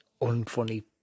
unfunny